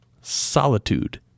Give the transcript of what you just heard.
Solitude